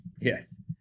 yes